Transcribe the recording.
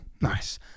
nice